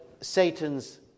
Satan's